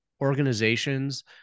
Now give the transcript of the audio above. organizations